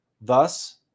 Thus